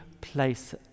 place